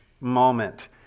moment